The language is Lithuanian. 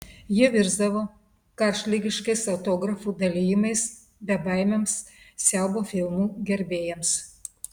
jie virsdavo karštligiškais autografų dalijimais bebaimiams siaubo filmų gerbėjams